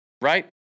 right